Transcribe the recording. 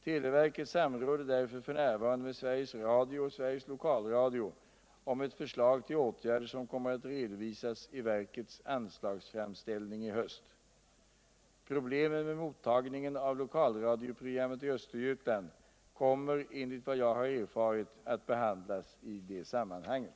Televerket samråder därför f.n. med Sveriges Radio och Sveriges Lokalradio om ett förslag till åtgärder som kommer att redovisas I verkets anstagsframställning i höst. Problemen med mottagningen av lokalradioprogrammet i Östergötland kommer enligt vad jag har erfarit att behandlas I det sammanhanget.